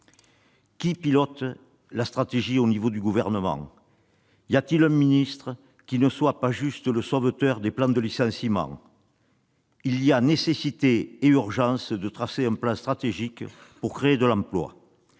Qui pilote la stratégie au sein du Gouvernement ? Y a-t-il un ministre qui ne soit pas juste le sauveteur des plans de licenciements ? Il y a nécessité et urgence de tracer un plan stratégique pour créer de l'emploi,